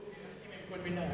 ריבלין מסכים עם כל מלה.